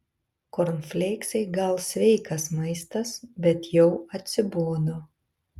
kornfleiksai gal sveikas maistas bet jau atsibodo